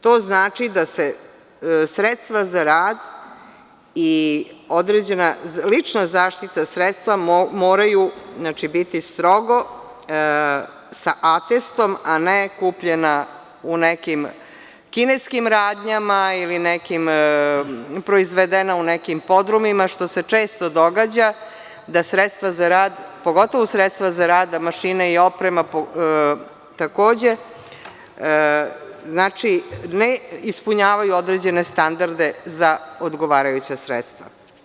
To znači da se sredstva za rad i određena lična zaštita sredstva moraju biti strogo sa atestom, a ne kupljena u nekim kineskim radnjama ili proizvedena u nekim podrumima što se često događa da sredstva za rad, pogotovo sredstva za rad mašine i oprema takođe ne ispunjavaju određene standarde za odgovarajuća sredstva.